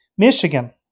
Michigan